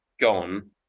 gone